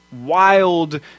wild